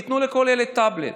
תיתנו לכל ילד טאבלט,